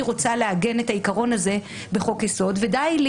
רוצה לעגן את העיקרון הזה בחוק יסוד ודי לי